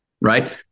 right